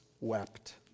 wept